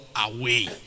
away